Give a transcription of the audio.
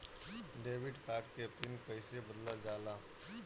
Debit card के PIN कईसे बदलल जाला?